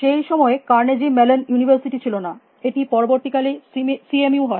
সেই সময়ে Carnegie Mellon University ছিল না এটি পরবর্তীকালে সিএমইউ হয়